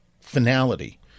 finality